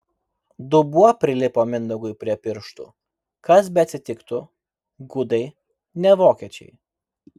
dubuo prilipo mindaugui prie pirštų kas beatsitiktų gudai ne vokiečiai